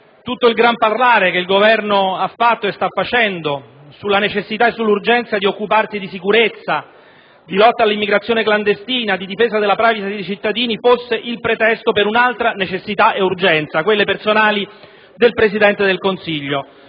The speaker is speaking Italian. tutto il gran parlare che il Governo ha fatto e sta facendo sulla necessità e l'urgenza di occuparsi di sicurezza, di lotta all'immigrazione clandestina, di difesa della *privacy* dei cittadini sia il pretesto per altre necessità e urgenze: quelle personali del Presidente del Consiglio.